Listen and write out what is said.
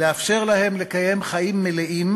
לאפשר להם לקיים חיים מלאים,